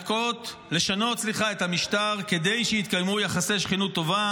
לשנות את המשטר כדי שיתקיימו יחסי שכנות טובה